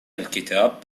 الكتاب